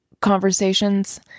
conversations